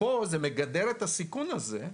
פה זה מגדר את הסיכון הזה.